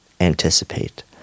anticipate